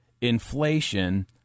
inflation